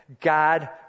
God